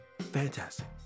fantastic